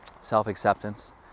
self-acceptance